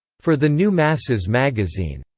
for the new masses magazine.